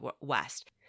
west